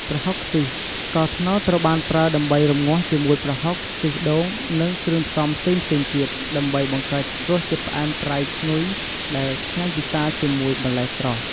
ប្រហុកខ្ទិះ ស្ករត្នោតត្រូវបានប្រើដើម្បីរំងាស់ជាមួយប្រហុក ខ្ទិះដូង និងគ្រឿងផ្សំផ្សេងៗទៀត ដើម្បីបង្កើតរសជាតិផ្អែម ប្រៃ ឈ្ងុយ ដែលឆ្ងាញ់ពិសាជាមួយបន្លែស្រស់។